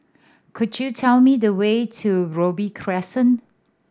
could you tell me the way to Robey Crescent